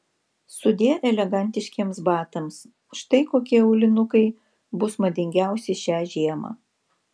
sudie elegantiškiems batams štai kokie aulinukai bus madingiausi šią žiemą